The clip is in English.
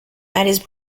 marist